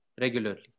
regularly